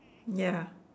ya